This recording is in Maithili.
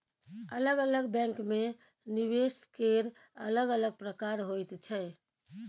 अलग अलग बैंकमे निवेश केर अलग अलग प्रकार होइत छै